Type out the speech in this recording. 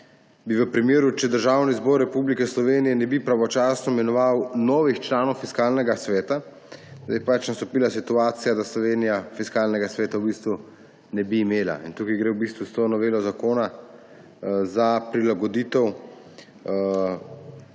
bi v primeru, če Državni zbor Republike Slovenije ne bi pravočasno imenoval novih članov Fiskalnega sveta, nastopila situacija, da Slovenija Fiskalnega sveta v bistvu ne bi imela. S to novelo zakona gre za prilagoditev